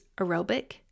aerobic